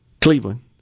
Cleveland